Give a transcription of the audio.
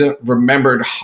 remembered